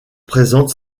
présente